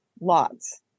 lots